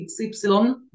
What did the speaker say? XY